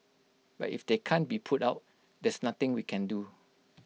but if they can't be put out there's nothing we can do